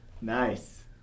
nice